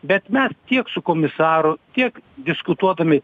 bet mes tiek su komisaru tiek diskutuodami